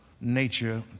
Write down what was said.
nature